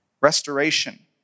restoration